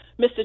Mr